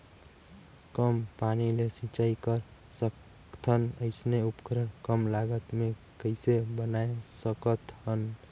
कम पानी ले सिंचाई कर सकथन अइसने उपकरण कम लागत मे कइसे बनाय सकत हन?